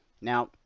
Now